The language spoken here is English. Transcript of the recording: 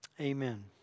Amen